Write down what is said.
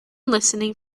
listening